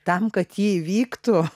tam kad ji įvyktų